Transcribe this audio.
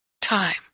time